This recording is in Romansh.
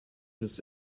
nus